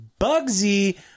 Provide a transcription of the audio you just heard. Bugsy